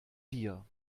dir